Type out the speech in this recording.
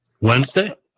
Wednesday